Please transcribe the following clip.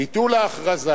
ביטול ההכרזה